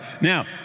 Now